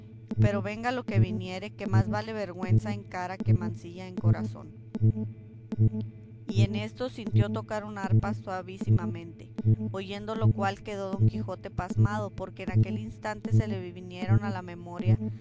pero venga lo que viniere que más vale vergüenza en cara que mancilla en corazón y en esto sintió tocar una arpa suavísimamente oyendo lo cual quedó don quijote pasmado porque en aquel instante se le vinieron a la memoria